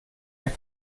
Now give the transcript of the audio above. der